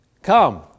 Come